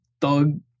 Thug